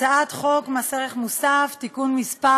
הצעת חוק מס ערך מוסף (תיקון מס'